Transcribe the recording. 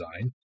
design